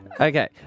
Okay